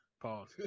pause